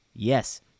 Yes